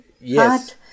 Yes